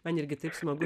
man irgi taip smagu